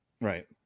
Right